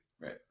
Right